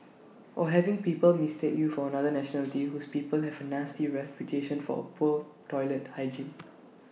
or having people mistake you for another nationality whose people have A nasty reputation for A poor toilet hygiene